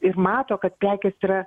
ir mato kad prekės yra